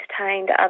entertained